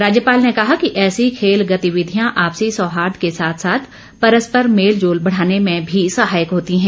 राज्यपाल ने कहा कि ऐसी खेल गतिविधियां आपसी सौहार्द के साथ साथ परस्पर मेलजोल बढाने में भी सहायक होती हैं